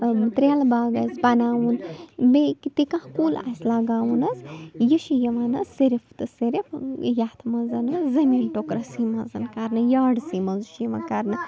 ترٛیلہٕ باغ آسہِ بناوُن بیٚیہِ کہِ تہِ کانٛہہ کُل آسہِ لَگاوُن حظ یہِ چھِ یِوان حظ صِرِف تہٕ صِرِف یَتھ منٛز حظ زٔمیٖن ٹُکرَسٕے منٛز کرنہٕ یاڈٕسٕے منٛز چھِ یِوان کرنہٕ